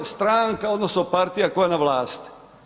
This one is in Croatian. Stranka odnosno partija koja je na vlasti.